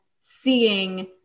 seeing